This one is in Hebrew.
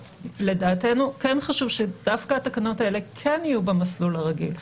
לדעתנו כן חשוב שדווקא התקנות האלו כן יהיו במסלול הרגיל,